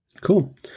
Cool